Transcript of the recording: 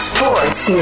Sports